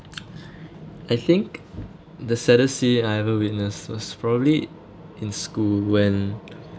I think the saddest scene I ever witnessed was probably in school when